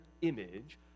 image